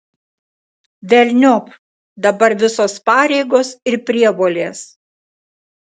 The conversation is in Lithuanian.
velniop dabar visos pareigos ir prievolės